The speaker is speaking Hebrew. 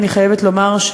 אני חייבת לומר,